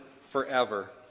forever